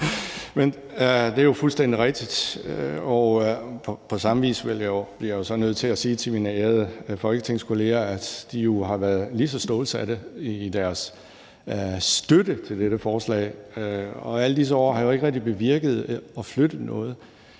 Men det er jo fuldstændig rigtigt. På samme vis bliver jeg jo så nødt til at sige til min ærede folketingskolleger, at de jo har været lige så stålsatte i deres støtte til dette forslag. Og alle disse år har jo ikke rigtig bevirket, at der er flyttet noget,